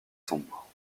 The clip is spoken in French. sombre